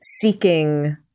seeking